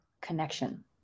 connection